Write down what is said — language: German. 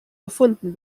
gefunden